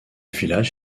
village